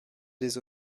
des